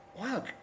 Wow